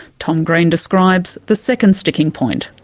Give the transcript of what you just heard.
tom green describes the second sticking point.